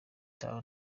town